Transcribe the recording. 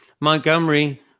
Montgomery